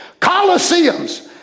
Colosseums